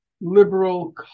liberal